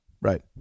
Right